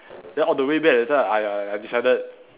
then all the way back later I I I decided